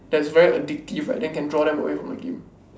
that is very addictive right then can draw them away from the game